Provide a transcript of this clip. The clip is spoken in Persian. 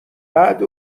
بعد